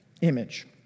image